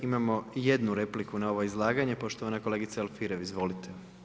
Imamo jednu repliku na ovo izlaganje, poštovana kolegica Alfirev, izvolite.